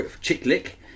Chick-Lick